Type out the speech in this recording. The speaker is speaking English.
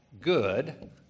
good